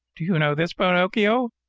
do you know this pinocchio?